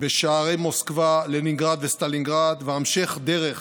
בשערי מוסקבה, לנינגרד וסטלינגרד, המשך דרך